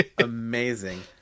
amazing